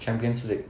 champions league